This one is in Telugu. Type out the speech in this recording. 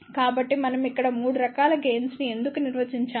కాబట్టి మనం ఇక్కడ 3 రకాల గెయిన్స్ ను ఎందుకు నిర్వచించాము